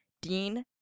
Dean